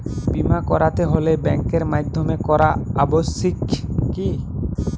বিমা করাতে হলে ব্যাঙ্কের মাধ্যমে করা আবশ্যিক কি?